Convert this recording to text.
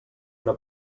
una